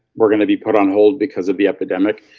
we're going to be put on hold because of the epidemic.